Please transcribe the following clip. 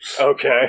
Okay